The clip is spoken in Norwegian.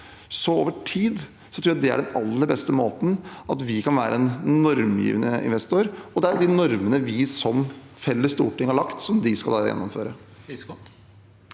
er akkurat nå, tror jeg det er den aller beste måten over tid – at vi kan være en normgivende investor. Det er de normene vi som felles storting har lagt, som de skal gjennomføre.